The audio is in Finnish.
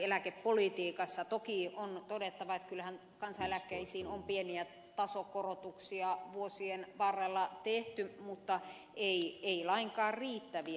toki on todettava että kyllähän kansaneläkkeisiin on pieniä tasokorotuksia vuosien varrella tehty mutta ei lainkaan riittäviä